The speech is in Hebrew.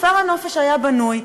כפר הנופש היה בנוי,